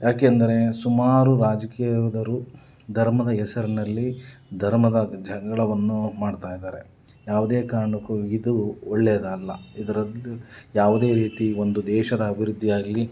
ಯಾಕೆಂದರೆ ಸುಮಾರು ರಾಜಕೀಯದವರು ಧರ್ಮದ ಹೆಸರಿನಲ್ಲಿ ಧರ್ಮದ ಜಗಳವನ್ನು ಮಾಡ್ತಾ ಇದ್ದಾರೆ ಯಾವುದೇ ಕಾರಣಕ್ಕೂ ಇದು ಒಳ್ಳೆಯದಲ್ಲ ಇದರಲ್ಲಿ ಯಾವುದೇ ರೀತಿ ಒಂದು ದೇಶದ ಅಭಿವೃದ್ಧಿ ಆಗಲಿ